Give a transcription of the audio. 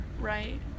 right